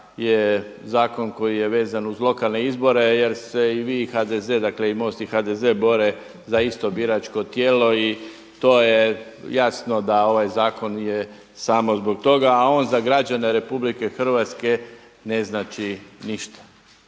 je zakon koji je vezan uz lokalne izbore jer se i vi i HDZ, dakle i MOST i HDZ bore za isto biračko tijelo. I to je jasno da ovaj zakon je samo zbog toga a on za građane RH ne znači ništa.